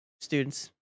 students